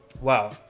Wow